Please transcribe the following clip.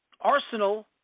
Arsenal